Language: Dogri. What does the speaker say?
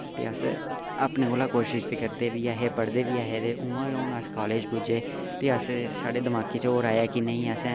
फ्ही अस अपने कोला कोशश करदे बी ऐ हे पढ़दे बी ऐ हे उ'आं गै हुन अस कालेज पुज्जे ते अस साढ़े दमागै च होर आया कि नेईं असें केह् आखदे